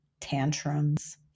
tantrums